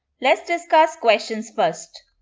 let's discuss questions first.